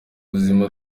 buzima